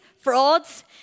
frauds